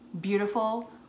beautiful